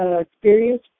experience